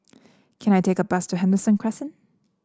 can I take a bus to Henderson Crescent